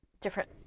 different